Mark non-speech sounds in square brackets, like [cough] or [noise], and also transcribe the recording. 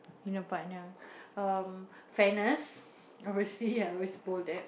in a partner [breath] fairness obviously I always bold that